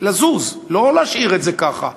לזוז, לא להשאיר את זה ככה.